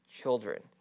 children